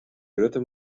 grutte